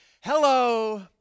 Hello